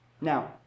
Now